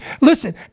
Listen